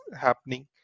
happening